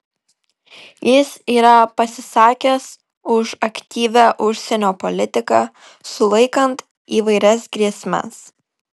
jis yra pasisakęs už aktyvią užsienio politiką sulaikant įvairias grėsmes